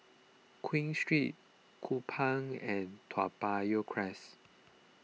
Queen Street Kupang and Toa Payoh Crest